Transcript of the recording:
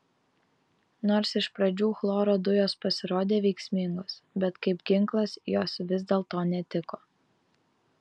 nors iš pradžių chloro dujos pasirodė veiksmingos bet kaip ginklas jos vis dėlto netiko